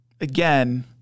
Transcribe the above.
again